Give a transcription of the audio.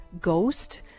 ghost